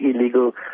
illegal